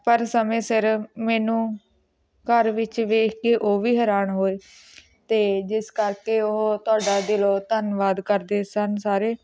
ਪਰ ਸਮੇਂ ਸਿਰ ਮੈਨੂੰ ਘਰ ਵਿੱਚ ਦੇਖ ਕੇ ਉਹ ਵੀ ਹੈਰਾਨ ਹੋਏ ਅਤੇ ਜਿਸ ਕਰਕੇ ਉਹ ਤੁਹਾਡਾ ਦਿਲੋਂ ਧੰਨਵਾਦ ਕਰਦੇ ਸਨ ਸਾਰੇ